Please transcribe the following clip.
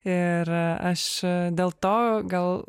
ir aš dėl to gal